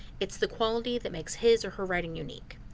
it's the quality that makes his or her writing unique.